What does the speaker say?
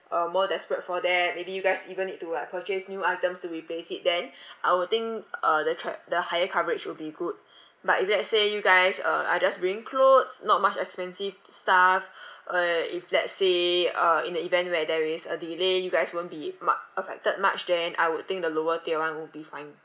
uh more desperate for that maybe you guys even need to like purchase new items to replace it then I will think uh the tri~ the higher coverage will be good but if let's say you guys uh are just bringing clothes not much expensive stuff uh if let's say uh in the event where there is a delay you guys won't be muc~ affected much then I would think the lower tier [one] will be fine